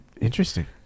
Interesting